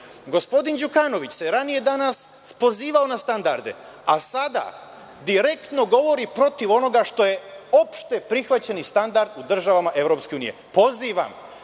EU? Gospodin Đukanović se ranije danas pozivao na standarde, a sada direktno govori protiv onoga što je opšteprihvaćeni standard u državama EU.Pozivam